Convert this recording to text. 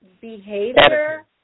behavior